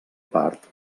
part